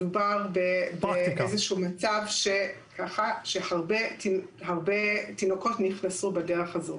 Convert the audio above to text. מדובר באיזשהו מצב שהרבה תינוקות נכנסו בדרך הזו,